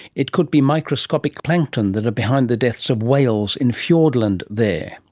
it could be microscopic plankton that are behind the deaths of whales in fjordland there.